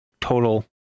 total